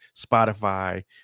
Spotify